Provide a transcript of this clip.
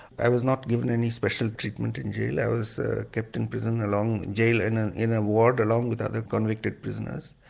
i was not given any special treatment in jail, i was ah kept in prison in jail in and in a ward along with other convicted prisoners.